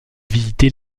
visiter